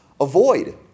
avoid